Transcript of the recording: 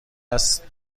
است